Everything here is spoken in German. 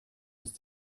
ist